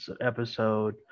episode